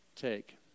take